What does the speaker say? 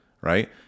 right